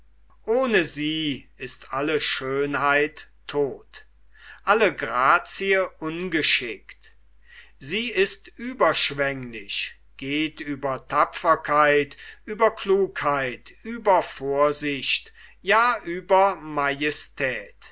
ohne sie ist alle schönheit todt alle grazie ungeschickt sie ist überschwenglich geht über tapferkeit über klugheit über vorsicht ja über